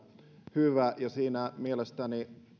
hyvä ja siinä mielestäni